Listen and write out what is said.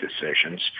decisions